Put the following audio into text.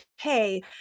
okay